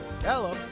Hello